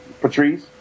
Patrice